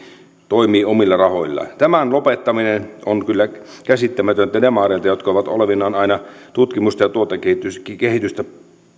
toimii omilla rahoillaan tämän lopettaminen on kyllä käsittämätöntä demareilta jotka ovat aina olleet tutkimusta ja tuotekehitystä